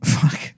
Fuck